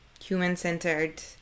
human-centered